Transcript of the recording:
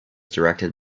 directed